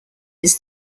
his